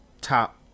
top